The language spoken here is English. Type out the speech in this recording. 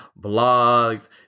blogs